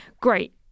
great